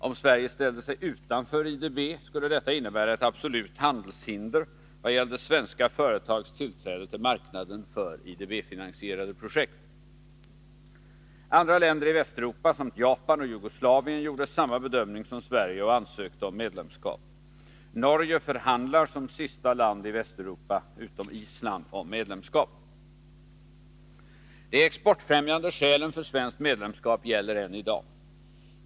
Om Sverige ställde sig utanför IDB skulle detta innebära ett absolut handelshinder vad gällde svenska företags tillträde till marknaden för IDB-finansierade projekt. Andra länder i Västeuropa samt Japan och Jugoslavien gjorde samma bedömning som Sverige och ansökte om medlemskap. Norge förhandlar som sista land i Västeuropa om medlemskap. De exportfrämjande skälen för svenskt medlemskap gäller än i dag.